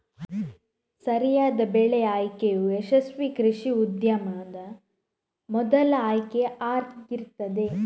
ಸರಿಯಾದ ಬೆಳೆ ಆಯ್ಕೆಯು ಯಶಸ್ವೀ ಕೃಷಿ ಉದ್ಯಮದ ಮೊದಲ ಆಯ್ಕೆ ಆಗಿರ್ತದೆ